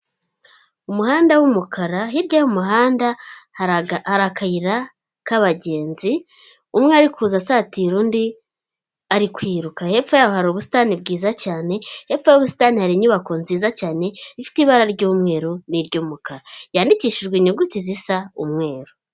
Umuhanda wumukara hirya y'umuhanda hari akayira k'abagenzi, umwe ari kuza asatira undi ari kwiruka hepfo y'aho hari ubusitani bwiza cyane, hepfo y'ubustani hari inyubako nziza cyane ifite ibara ry'umweru ni iry'umukara yandikishijwe inyuguti zisa umweru.